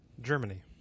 Germany